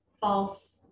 false